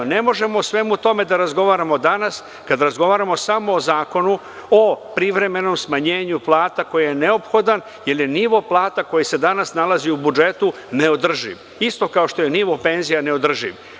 Ne možemo o svemu tome da razgovaramo danas, kada razgovaramo samo o zakonu, o privremenom smanjenju plata koji je neophodan, jer je nivo plata koji se danas nalazi u budžetu neodrživ, isto kao što je nivo penzija neodrživ.